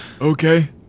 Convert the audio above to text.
Okay